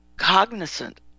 cognizant